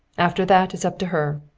after that it's up to her.